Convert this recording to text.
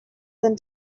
than